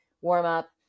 warm-up